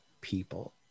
people